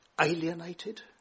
alienated